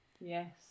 Yes